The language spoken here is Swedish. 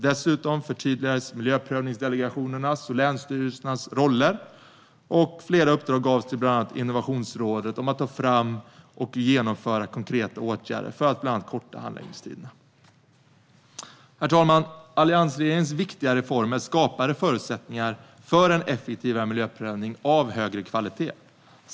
Dessutom förtydligades miljöprövningsdelegationernas och länsstyrelsernas roller, och flera uppdrag gavs till bland annat Innovationsrådet att ta fram och genomföra konkreta åtgärder för att bland annat korta handläggningstiderna. Herr talman! Alliansregeringens viktiga reformer skapade förutsättningar för en effektivare miljöprövning av högre kvalitet.